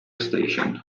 station